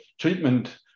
treatment